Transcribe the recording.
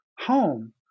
home